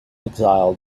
exile